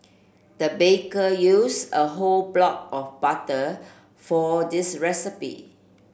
the baker use a whole block of butter for this recipe